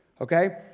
okay